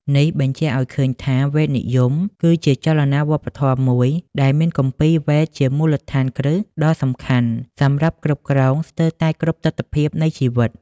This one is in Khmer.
នេះសបញ្ជាក់ឱ្យឃើញថា វេទនិយមគឺជាចលនាវប្បធម៌មួយ ដែលមានគម្ពីរវេទជាមូលដ្ឋានគ្រឹះដ៏សំខាន់ សម្រាប់គ្រប់គ្រងស្ទើរតែគ្រប់ទិដ្ឋភាពនៃជីវិត។